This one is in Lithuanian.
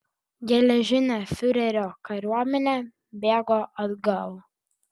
geležinė fiurerio kariuomenė bėgo atgal